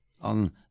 on